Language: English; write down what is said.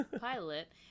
pilot